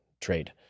trade